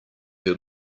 who